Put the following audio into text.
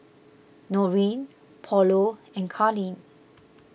Noreen Paulo and Karlene